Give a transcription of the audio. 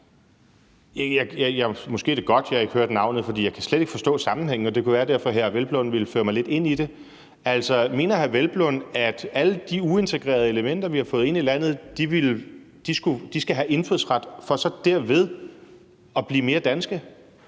Måske er det godt, at jeg ikke hørte navnet, for jeg kan slet ikke forstå sammenhængen, og det kunne derfor være, at hr. Peder Hvelplund ville føre mig lidt ind i det. Altså, mener hr. Peder Hvelplund, at alle de uintegrerede elementer, vi har fået ind i landet, skal have indfødsret for så derved at blive mere danske?